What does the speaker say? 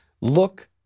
Look